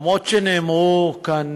אף שנאמרו כאן